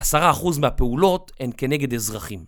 עשרה אחוז מהפעולות הן כנגד אזרחים